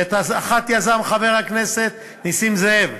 שאת האחת יזם חבר הכנסת נסים זאב,